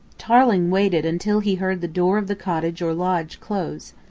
tarling waited until he heard the door of the cottage or lodge close.